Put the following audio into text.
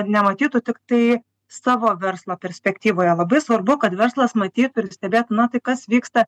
nematytų tiktai savo verslo perspektyvoje labai svarbu kad verslas matytų ir stebėtų na tai kas vyksta